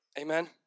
Amen